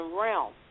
realm